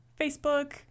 Facebook